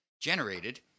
Generated